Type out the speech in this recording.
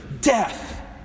death